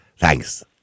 Thanks